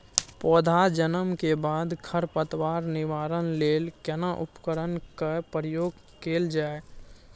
पौधा जन्म के बाद खर पतवार निवारण लेल केना उपकरण कय प्रयोग कैल जाय?